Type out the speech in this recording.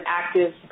active